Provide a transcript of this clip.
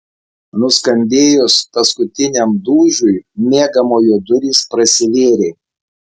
nuskambėjus paskutiniam dūžiui miegamojo durys prasivėrė